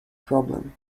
problem